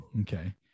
okay